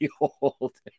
old